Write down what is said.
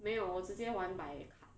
没有我直接还 by card